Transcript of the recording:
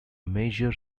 major